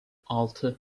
altı